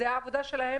זאת העבודה שלהם